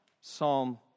Psalm